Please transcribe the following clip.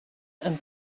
and